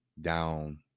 down